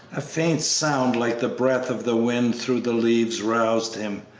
a faint sound like the breath of the wind through the leaves roused him,